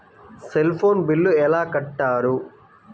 Cell phone bill ఎలా కట్టారు?